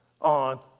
on